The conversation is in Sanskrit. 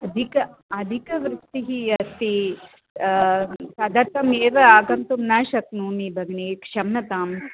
अधिक अधिकवृष्टिः अस्ति तदर्थमेव आगन्तुं न शक्नोमि भगिनि क्षम्यताम्